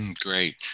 Great